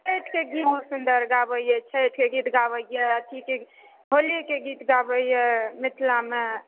एतेक गीत ओ सुन्दर गाबैए सुन्दर सुन्दर गीत गाबैए छठिके गीत गाबैए अथी होलीके गीत गाबैए मिथिलामे